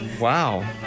Wow